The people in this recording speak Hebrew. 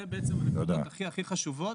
זה בעצם הנקודות הכי חשובות,